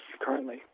currently